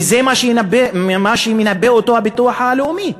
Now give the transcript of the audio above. וזה מה שמנבא הביטוח הלאומי.